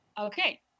Okay